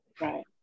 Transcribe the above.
Right